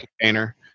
container